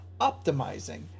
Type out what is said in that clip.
optimizing